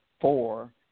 four